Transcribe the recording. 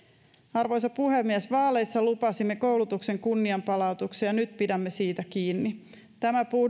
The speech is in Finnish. arvoisa puhemies vaaleissa lupasimme koulutuksen kunnianpalautuksen ja nyt pidämme siitä kiinni tämä